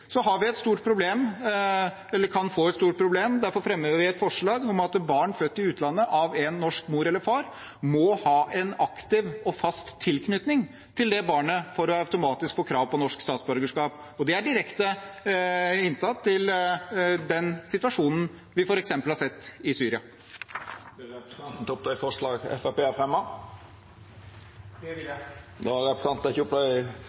Så har vi et stort problem – eller vi kan få et stort problem. Derfor fremmer vi et forslag om at barn født i utlandet med norsk mor eller far må ha en aktiv og fast tilknytning til den norske forelderen for automatisk å ha krav på norsk statsborgerskap. Det er direkte knyttet til den situasjonen vi f.eks. har sett i Syria. Dermed tar jeg opp forslagene fra Fremskrittspartiet. Representanten Jon Engen-Helgheim har teke opp